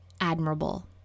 admirable